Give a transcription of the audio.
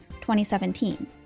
2017